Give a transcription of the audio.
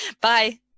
Bye